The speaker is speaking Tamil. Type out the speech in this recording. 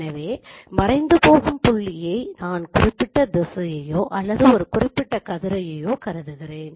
எனவே மறைந்து போகும் புள்ளியை நான் குறிப்பிட்ட திசையையோ அல்லது ஒரு குறிப்பிட்ட கதிரையையோ கருதுகிறேன்